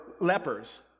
lepers